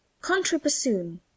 Contrabassoon